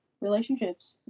relationships